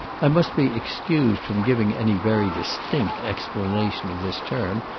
i must be excused from giving any very distinct explanation of this term,